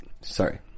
Sorry